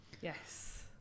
Yes